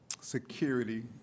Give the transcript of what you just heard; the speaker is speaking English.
security